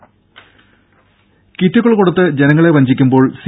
ടെട കിറ്റുകൾകൊടുത്ത് ജനങ്ങളെ വഞ്ചിക്കുമ്പോൾ സി